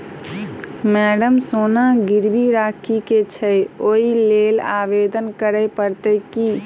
Madam सोना गिरबी राखि केँ छैय ओई लेल आवेदन करै परतै की?